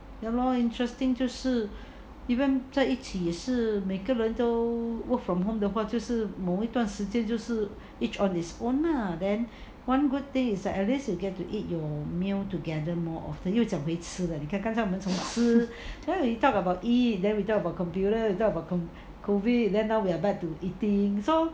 ya lor interesting 就是 even 在一起是每个人都 work from home 的话就是某一段时间就是 each on its own lah then one good thing is that at least you get to eat your meal together lor then 又讲会吃的你看刚才我们讲吃 then we talk about eat then we talk about computer then we talk about COVID then now we're back to eating so